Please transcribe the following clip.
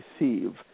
receive